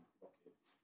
rockets